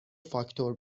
فاکتور